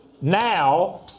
now